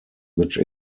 which